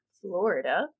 Florida